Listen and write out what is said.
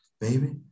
baby